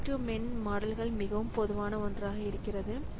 many to many மாடல்கள் மிகவும் பொதுவான ஒன்றாக இருக்கிறது